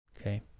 Okay